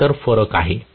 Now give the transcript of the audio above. हाच तर फरक आहे